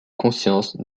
conscience